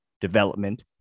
development